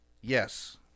yes